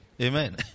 Amen